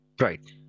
right